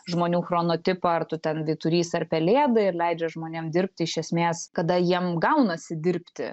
žmonių chrono tipą ar tu ten vyturys ar pelėda ir leidžia žmonėm dirbt iš esmės kada jiem gaunasi dirbti